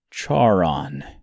Charon